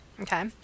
Okay